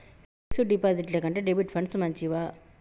Fix డ్ డిపాజిట్ల కంటే డెబిట్ ఫండ్స్ మంచివా?